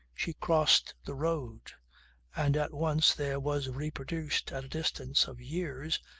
she crossed the road and at once there was reproduced at a distance of years,